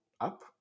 up